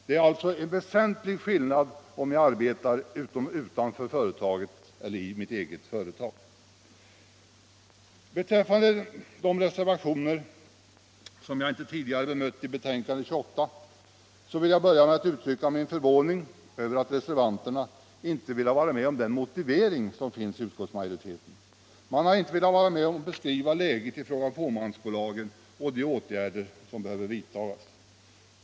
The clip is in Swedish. Det är alltså en väsentlig skillnad att arbeta i eget företag eller utanför det. Beträffande de reservationer vid betänkandet nr 28 som jag inte tidigare bemötte vill jag börja med att uttrycka min förvåning över att reservanterna inte velat vara med om utskottsmajoritetens motivering. Man har sålunda inte velat gå med på beskrivningen av läget i fråga om fåmansbolagen och de åtgärder som behöver vidtas.